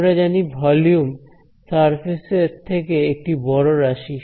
আমরা জানি volume surface এর থেকে একটি বড় রাশি